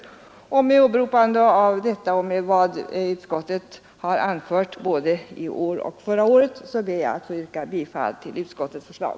Med åberopande av det sagda och vad utskottet har anfört både i år och förra året ber jag att få yrka bifall till utskottets förslag.